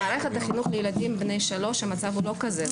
במערכת החינוך לילדים בני שלוש המצב הוא לא כזה,